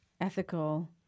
ethical